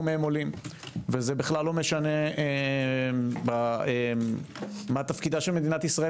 מהם עולים וזה בכלל לא משנה מה תפקידה של מדינת ישראל